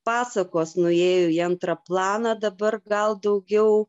pasakos nuėjo į antrą planą dabar gal daugiau